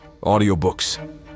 audiobooks